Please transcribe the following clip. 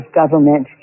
government